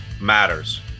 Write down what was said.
matters